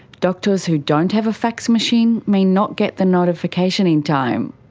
doctors who don't have a fax machine may not get the notification in time.